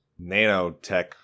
nanotech